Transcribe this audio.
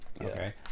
Okay